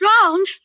Drowned